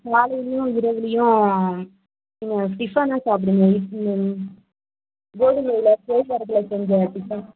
காலையிலையும் இரவுலையும் நீங்கள் டிபனாக சாப்பிடுங்க இட்லி கோதுமையில கேழ்வரகில் செஞ்ச டிபன்